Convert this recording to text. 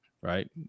Right